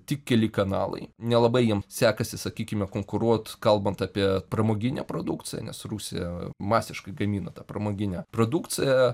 tik keli kanalai nelabai jiem sekasi sakykime konkuruot kalbant apie pramoginę produkciją nes rusija masiškai gamina tą pramoginę produkciją